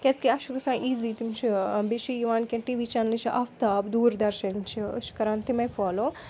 کیٛازِکہِ اَسہِ چھُ گَژھان ایٖزی تِم چھِ بیٚیہِ چھِ یِوان کیٚنٛہہ ٹی وی چَنلہٕ چھِ آفتاب دوٗر دَرشَن چھِ أسۍ چھِ کَران تِمے فالو